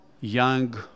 young